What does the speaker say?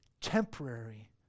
temporary